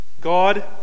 God